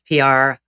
PR